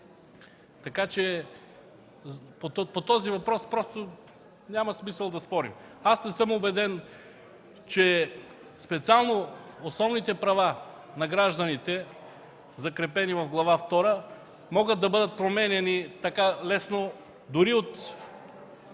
втора. По този въпрос просто няма смисъл да спорим. Аз не съм убеден, че специално основните права на гражданите, закрепени в Глава втора, могат да бъдат променяни така лесно дори след